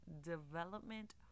development